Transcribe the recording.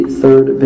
third